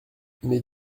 mais